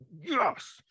yes